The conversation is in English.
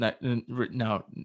Now